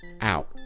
out